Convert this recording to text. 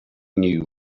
knew